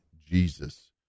Jesus